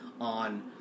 on